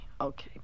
okay